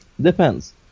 depends